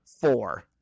Four